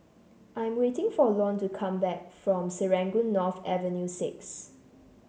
I'm waiting for Lon to come back from Serangoon North Avenue Six